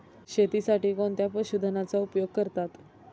शेतीसाठी कोणत्या पशुधनाचा उपयोग करतात?